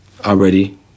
already